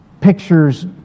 pictures